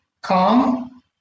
calm